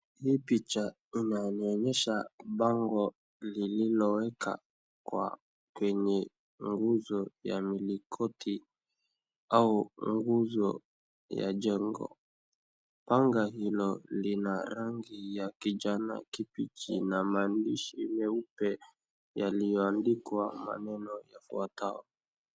Hii picha inanionyesha bango lililowekwa kwa kwenye nguzo ya mlingoti au nguzo ya jengo. Bango hilo lina rangi ya kijani kibichi na maandishi meupe yaliyoandikwa maneno yafuatayo.